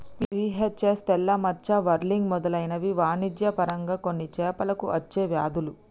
VHS, తెల్ల మచ్చ, whirling మెదలైనవి వాణిజ్య పరంగా కొన్ని చేపలకు అచ్చే వ్యాధులు